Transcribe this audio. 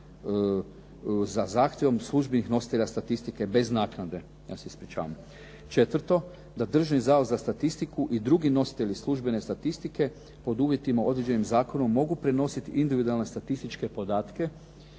za zahtjevom službenih nositelja statistike bez naknade, ja se ispričavam. Četvrto, da Državni zavod za statistiku i drugi nositelji službene statistike pod uvjetima određenim zakonom mogu prenosit individualne statističke podatke